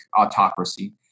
autocracy